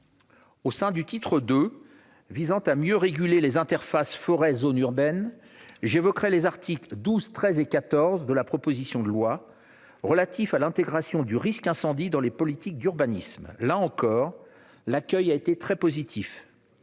Au sein du titre II visant à mieux réguler les interfaces forêt-zones urbaines, j'évoquerai les articles 12, 13 et 14 relatifs à l'intégration du risque incendie dans les politiques d'urbanisme. L'accueil ayant également été très positif